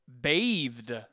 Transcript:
bathed